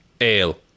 Ale